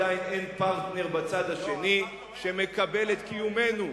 עדיין אין פרטנר בצד השני שמקבל את קיומנו.